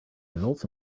results